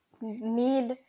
need